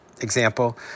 example